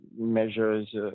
measures